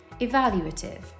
evaluative